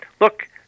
look